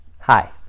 Hi